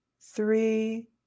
three